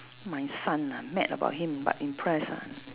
my son ah mad about him but impressed ah